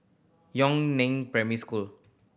Yun Neng Primary School